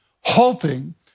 hoping